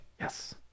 Yes